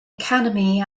academy